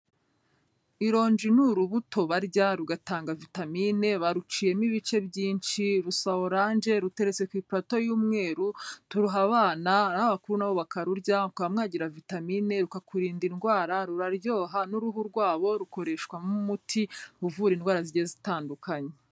Ironji ni urubuto barya rugatanga vitamine, baruciyemo ibice byinshi, rusa oranje, ruteretse ku iparato y'umweru, turuha abana n'abakuru na bo bakarurya, mukaba mwagira vitamine, rukakurinda indwara, ruraryoha, n'uruhu rwabo rukoreshwa nk'umuti uvura indwara zigiye zitandukanye.